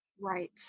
Right